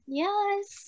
yes